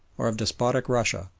or of despotic russia,